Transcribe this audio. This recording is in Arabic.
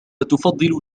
تفضل